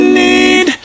need